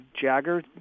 jagger